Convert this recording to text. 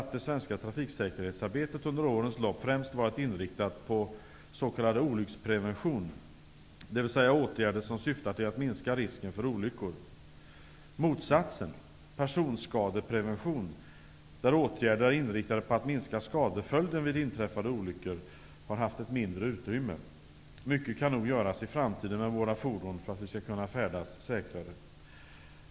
att det svenska trafiksäkerhetsarbetet under årens lopp främst har varit inriktat på s.k. olycksprevention, dvs. åtgärder som syftar till att minska risken för olyckor. Motsatsen, personskadeprevention, där åtgärderna är inriktade på att minska skadeföljden vid inträffade olyckor, har haft ett mindre utrymme. Mycket kan nog göras i framtiden med våra fordon för att vi skall kunna färdas säkrare.